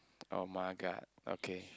oh-my-god okay